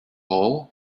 ball